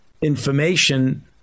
information